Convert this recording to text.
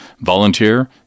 volunteer